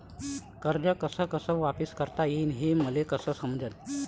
कर्ज कस कस वापिस करता येईन, हे मले कस समजनं?